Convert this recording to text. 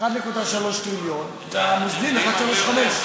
1.3 טריליון, ואת המוסדי ל-1.35.